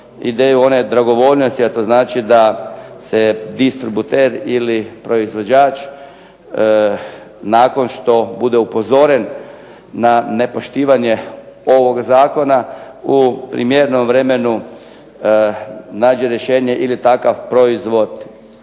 ideju one dragovoljnosti, a to znači da se distributer ili proizvođač nakon što bude upozoren na nepoštivanje ovog zakona u primjerenom vremenu nađe rješenje ili takav proizvod